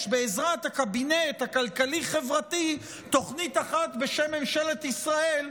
בעזרת הקבינט החברתי-כלכלי תוכנית אחת בשם ממשלת ישראל,